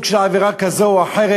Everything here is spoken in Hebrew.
אם זה סוג של עבירה כזאת או אחרת,